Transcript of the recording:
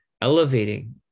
elevating